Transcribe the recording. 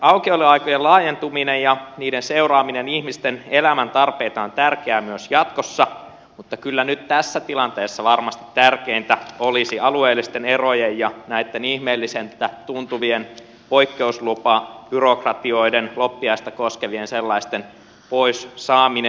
aukioloaikojen laajentuminen ja se että ne seuraavat ihmisten elämän tarpeita on tärkeää myös jatkossa mutta kyllä nyt tässä tilanteessa varmasti tärkeintä olisi alueellisten erojen ja näitten ihmeellisiltä tuntuvien poikkeuslupabyrokratioiden loppiaista koskevien sellaisten pois saaminen